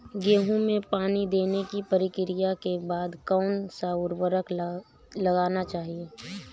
गेहूँ में पानी देने की प्रक्रिया के बाद कौन सा उर्वरक लगाना चाहिए?